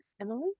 Emily